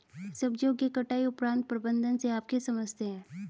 सब्जियों के कटाई उपरांत प्रबंधन से आप क्या समझते हैं?